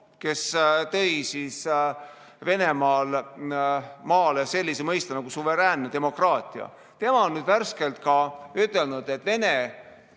kes tõi Venemaale sellise mõiste nagu suveräänne demokraatia. Tema on nüüd värskelt ka ütelnud, et Vene